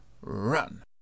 run